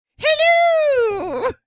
Hello